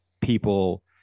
people